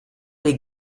les